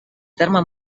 terme